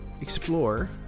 explore